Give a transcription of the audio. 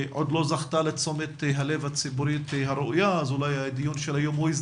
היא עדיין לא זכתה לתשומת הלב הציבורית הראויה,